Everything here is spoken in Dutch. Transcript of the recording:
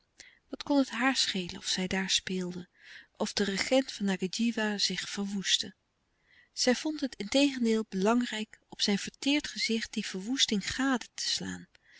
wat kon het haar schelen of zij daar speelden of de regent van ngadjiwa zich verwoestte zij vond het integendeel belangrijk op zijn verteerd gezicht die verwoesting gade te slaan